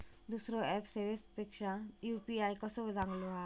दुसरो ऍप सेवेपेक्षा यू.पी.आय कसो चांगलो हा?